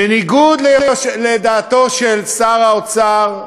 בניגוד לדעתו של שר האוצר כחלון,